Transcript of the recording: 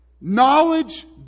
Knowledge